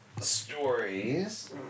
stories